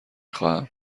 خواهم